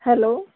hello